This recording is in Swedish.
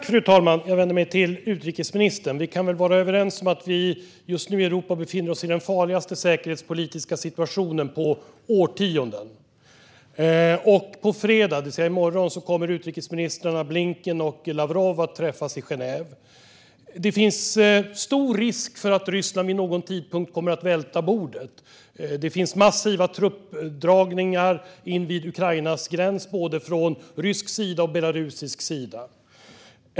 Fru talman! Jag vänder mig till utrikesministern. Vi kan väl vara överens om att vi just nu i Europa befinner oss i den farligaste säkerhetspolitiska situationen på årtionden. På fredag, det vill säga i morgon, kommer utrikesministrarna Blinken och Lavrov att träffas i Genève. Det finns stor risk för att Ryssland vid någon tidpunkt kommer att välta bordet. Det finns massiva truppdragningar invid Ukrainas gräns både från rysk sida och från belarusisk sida.